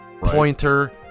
pointer